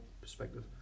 perspective